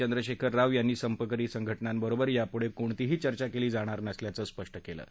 चंद्रशेखर राव यांनी संपकरी संघटनांबरोबर यापुढे कोणतीही चर्चा केली जाणार नसल्याचं स्पष्ट केलं आहे